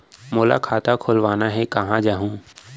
मोला खाता खोलवाना हे, कहाँ जाहूँ?